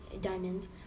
diamonds